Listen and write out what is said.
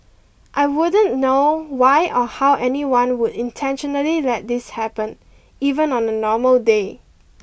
I wouldn't know why or how anyone would intentionally let this happen even on a normal day